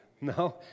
No